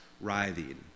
writhing